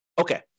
Okay